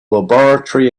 laboratory